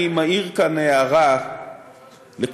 אני מעיר כאן הערה לכולנו,